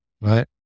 right